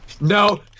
No